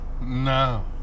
No